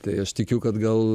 tai aš tikiu kad gal